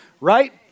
right